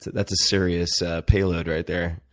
that's a serious payload right there.